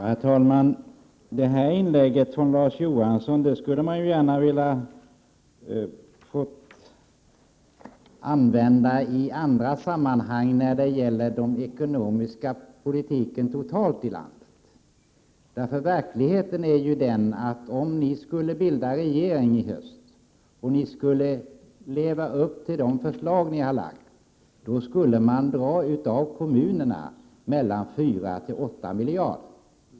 Herr talman! Det senaste inlägget från Larz Johansson skulle jag gärna vilja använda i annat sammanhang, när vi diskuterar den ekonomiska politiken totalt i landet. Verkligheten är ju den att om ni skulle bilda regering i höst och leva upp till de förslag ni har lagt fram, skulle ni dra av kommunerna mellan fyra och åtta miljarder.